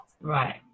Right